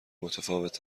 متفاوت